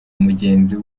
mugenzi